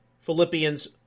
Philippians